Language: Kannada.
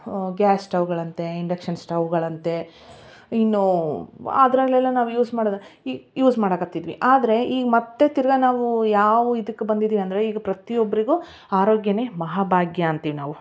ಗ್ಯಾಸ್ ಸ್ಟವ್ವುಗಳಂತೆ ಇಂಡಕ್ಷನ್ ಸ್ಟವ್ವುಗಳಂತೆ ಇನ್ನೂ ಅದರಲ್ಲೆಲ್ಲ ನಾವು ಯೂಸ್ ಮಾಡೋದ ಈ ಯೂಸ್ ಮಾಡೋಕತ್ತಿದ್ವಿ ಆದರೆ ಈಗ ಮತ್ತು ತಿರ್ಗಾ ನಾವೂ ಯಾವು ಇದಕ್ಕೆ ಬಂದಿದೀವಿ ಅಂದರೆ ಈಗ ಪ್ರತಿಯೊಬ್ಬರಿಗೂ ಆರೋಗ್ಯನೇ ಮಹಾ ಭಾಗ್ಯ ಅಂತೀವ್ ನಾವು